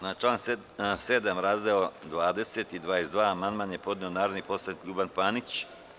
Na član 7. razdeo 20 i 22, amandman je podneo narodni poslanik Ljuban Panić.